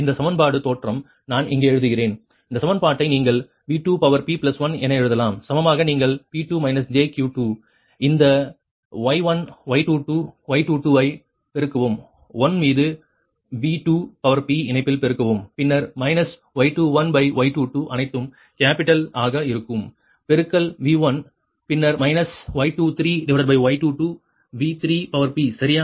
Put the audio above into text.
இந்த சமன்பாடு தோற்றம் நான் இங்கே எழுதுகிறேன் இந்த சமன்பாட்டை நீங்கள் V2p1 என எழுதலாம் சமமாக நீங்கள் P2 j Q2 இந்த Y1 Y22 Y22 ஐ பெருக்கவும் 1 மீது V2p இணைப்பில் பெருக்கவும் பின்னர் மைனஸ் Y21Y22 அனைத்தும் கேப்பிட்டல் ஆக இருக்கும் பெருக்கல் V1 பின்னர் மைனஸ் Y23Y22 V3p சரியா